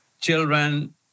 children